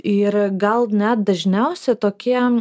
ir gal net dažniausia tokie